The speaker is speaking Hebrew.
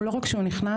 לא רק הוא נכנס,